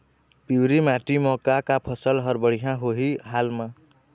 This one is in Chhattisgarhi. पिवरी माटी म का का फसल हर बढ़िया होही हाल मा?